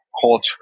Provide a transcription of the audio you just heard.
culture